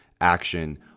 action